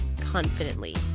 confidently